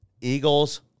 Eagles